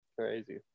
crazy